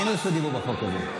אין רשות דיבור בחוק הזה.